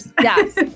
yes